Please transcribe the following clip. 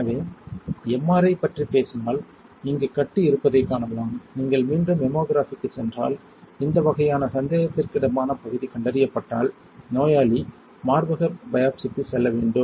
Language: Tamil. எனவே எம்ஆர்ஐ பற்றிப் பேசினால் இங்கு கட்டி இருப்பதைக் காணலாம் நீங்கள் மீண்டும் மேமோகிராஃபிக்கு சென்றால் இந்த வகையான சந்தேகத்திற்கிடமான பகுதி கண்டறியப்பட்டால் நோயாளி மார்பக பயாப்ஸிக்கு செல்ல வேண்டும்